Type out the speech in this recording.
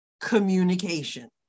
communication